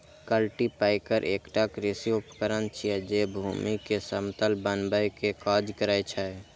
cultipacker एकटा कृषि उपकरण छियै, जे भूमि कें समतल बनबै के काज करै छै